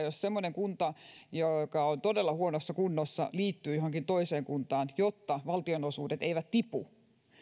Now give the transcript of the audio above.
jos semmoinen kunta joka on todella huonossa kunnossa liittyy johonkin toiseen kuntaan jotta valtionosuudet eivät tipu